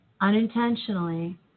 unintentionally